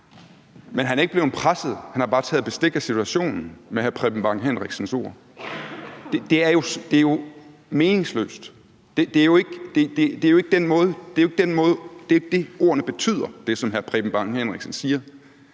men han er ikke blevet presset, han har bare taget bestik af situationen med hr. Preben Bang Henriksens ord. Det er jo meningsløst! Det, som hr. Preben Bang Henriksen siger,